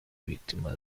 víctima